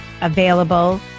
available